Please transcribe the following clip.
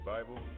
Bible